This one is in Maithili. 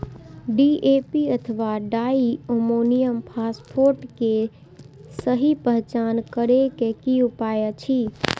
डी.ए.पी अथवा डाई अमोनियम फॉसफेट के सहि पहचान करे के कि उपाय अछि?